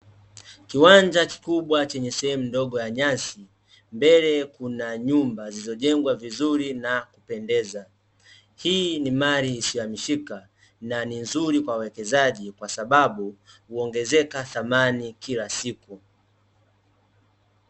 Kiwanja kikubwa chenye sehemu ndogo ya nyasi, mbele kuna nyumba zilizojengwa vizuri na kupendeza. Hii ni mali isiyohamishika na ni nzuri kwa uwekezaji kwasababu huongezeka thamani kila siku.